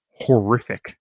horrific